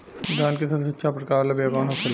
धान के सबसे अच्छा प्रकार वाला बीया कौन होखेला?